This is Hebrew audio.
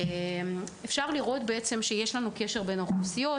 יש קשר בין האוכלוסיות,